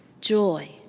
joy